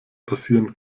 passieren